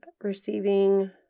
receiving